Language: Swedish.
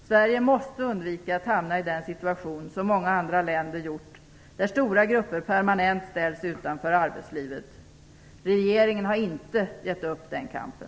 Sverige måste undvika att hamna i den situation som många andra länder gjort där stora grupper permanent ställs utanför arbetslivet. Regeringen har inte gett upp den kampen.